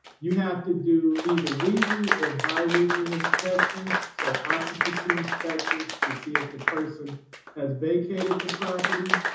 you have to do either weekly or bi weekly inspections, so occupancy inspections to see if the person has vacated the property.